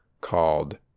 called